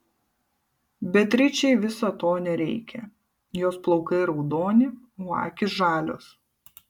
beatričei viso to nereikia jos plaukai raudoni o akys žalios